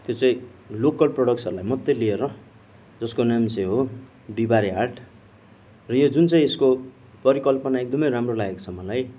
त्यो चाहिँ लोकल प्रडक्टसहरूलाई मात्रै लिएर जसको नाम चाहिँ हो बिहीबारे हाट र यो जुन चाहिँ यसको परिकल्पना एकदमै राम्रो लागेको छ मलाई